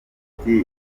city